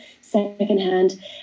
secondhand